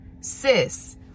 Sis